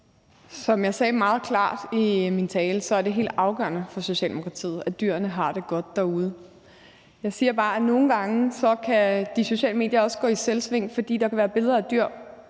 Som jeg sagde meget klart i min tale, er det helt afgørende for Socialdemokratiet, at dyrene har det godt derude. Jeg siger bare, at nogle gange kan de sociale medier også gå i selvsving, for der kan være billeder af dyr,